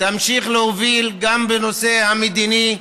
ותמשיך להוביל, גם בנושא המדיני,